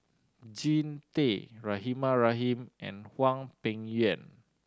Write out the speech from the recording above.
Jean Tay Rahimah Rahim and Hwang Peng Yuan